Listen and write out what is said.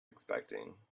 expecting